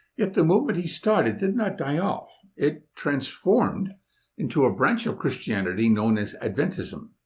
yet, the movement he started did not die off. it transformed into a branch of christianity known as adventism.